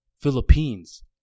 Philippines